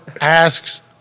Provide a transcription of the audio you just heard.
asks